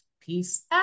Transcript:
peace